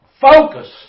Focus